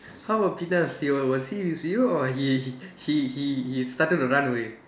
how about Penas he were was he with you or he he he he started to run away